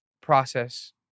process